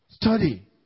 Study